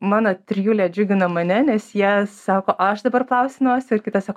mano trijulė džiugina mane nes jie sako aš dabar plausiu nosį ir kitas sako